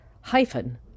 hyphen